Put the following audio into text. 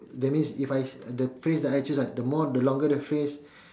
that means if I the phrase I choose right the more the longer the phrase